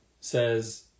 says